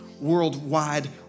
Worldwide